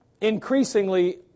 increasingly